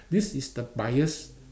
this is the bias